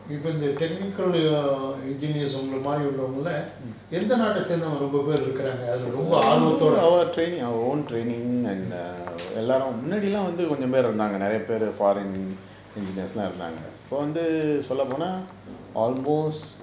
இப்ப இந்த:ippe intha technical err engineers உங்கள மாரி உள்ளவங்கள்ள எந்த நாட்ட சேர்ந்தவங்க ரொம்ப பேர் இருக்குறாங்க அதுல ரொம்ப ஆர்வத்தோட:ungala maari ullavangalla entha naatta sernthavanga romba per irukuraanga athula romba aarvathoda mm